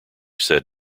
said